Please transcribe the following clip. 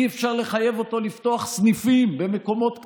אי-אפשר לחייב אותו לפתוח סניפים במקומות קטנים,